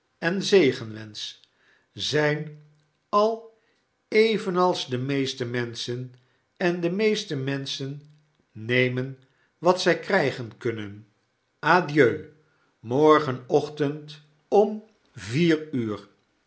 en zegenwensch zijn al evenals de meeste menschen en de meeste menschen nemen wat zij krijgen kunnen adieu morgenochtend om vier uur